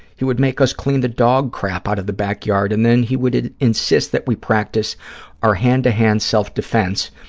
he would make us clean the dog crap out of the backyard and then he would insist that we practice our hand-to-hand self-defense,